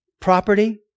Property